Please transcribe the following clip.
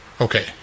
Okay